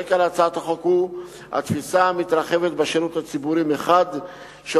הרקע להצעת החוק הוא התפיסה המתרחבת בשירות הציבורי מחד גיסא,